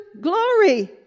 glory